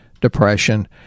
depression